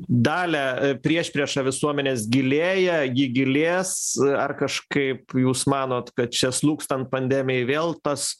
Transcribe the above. dalia priešprieša visuomenės gilėja ji gilės ar kažkaip jūs manot kad čia slūgstant pandemijai vėl tas